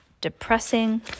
depressing